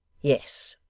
yes